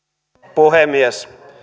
puhemies